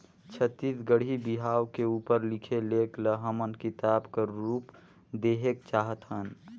छत्तीसगढ़ी बिहाव के उपर लिखे लेख ल हमन किताब कर रूप देहेक चाहत हन